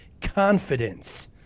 confidence